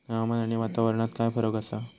हवामान आणि वातावरणात काय फरक असा?